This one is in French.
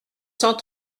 cent